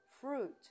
fruit